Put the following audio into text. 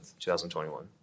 2021